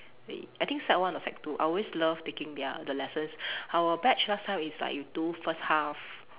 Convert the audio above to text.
I think sec one or sec two I always love taking their the lessons our batch last time is like you do first half